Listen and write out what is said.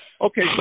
Okay